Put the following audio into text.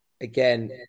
again